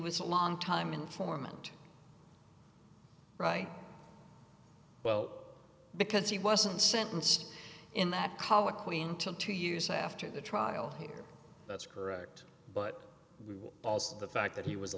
was a long time informant right well because he wasn't sentenced in that colloquy until two years after the trial here that's correct but also the fact that he was a